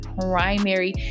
primary